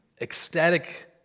ecstatic